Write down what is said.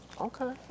Okay